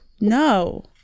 no